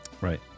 Right